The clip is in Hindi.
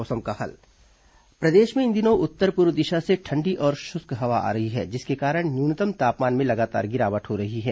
मौसम प्रदेश में इन दिनों उत्तर पूर्व दिशा से ठंडी और शुष्क हवा आ रही है जिसके कारण न्यूनतम तापमान में लगातार गिरावट हो रही है